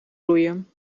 groeien